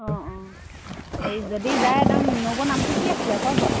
অঁ অঁ হেৰি যদি যায় একদম নবৌ নামটো কি আছিলে কওক বাৰু